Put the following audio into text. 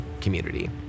community